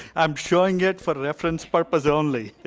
i'm showing it for reference purpose only.